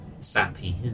sappy